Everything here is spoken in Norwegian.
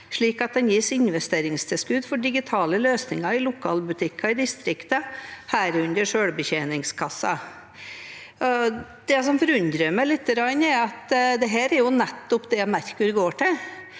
slik at den gis investeringstilskudd for digitale løsninger i lokalbutikker i distrikte ne, herunder selvbetjeningskasser. Det som forundrer meg litt, er at dette er jo nettopp det som Merkur går til.